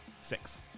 Six